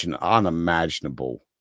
unimaginable